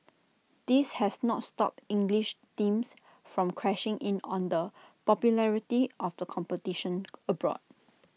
this has not stopped English teams from crashing in on the popularity of the competition abroad